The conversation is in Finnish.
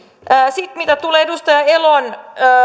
sitten mitä tulee edustaja elon